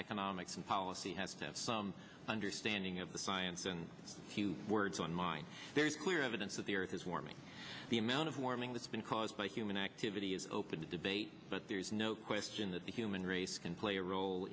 economics and policy has to have some understanding of the science and few words on mine there is clear evidence that the earth is warming the amount of warming that's been caused by human activity is open to debate but there is no question that the human race can play a role